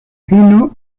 fino